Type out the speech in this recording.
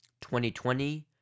2020